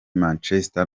manchester